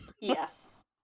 yes